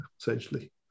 essentially